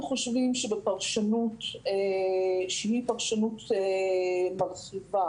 אנחנו חושבים שבפרשנות שהיא פרשנות מרחיבה,